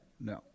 No